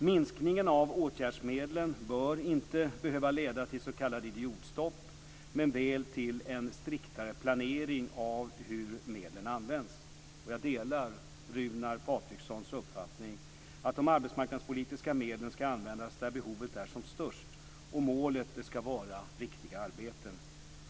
Minskningen av åtgärdsmedlen bör inte behöva leda till s.k. idiotstopp, men väl till en striktare planering av hur medlen används. Jag delar Runar Patrikssons uppfattning att de arbetsmarknadspolitiska medlen ska användas där behovet är som störst, och målet ska vara riktiga arbeten.